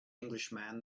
englishman